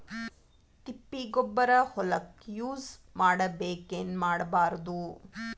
ತಿಪ್ಪಿಗೊಬ್ಬರ ಹೊಲಕ ಯೂಸ್ ಮಾಡಬೇಕೆನ್ ಮಾಡಬಾರದು?